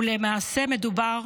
ולמעשה מדובר